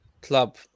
club